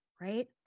right